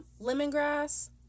lemongrass